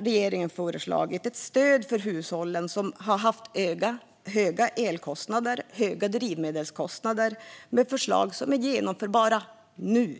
Regeringen har också föreslagit ett stöd för hushållen som har haft högra elkostnader och drivmedelskostnader. Det är förslag som är genomförbara nu.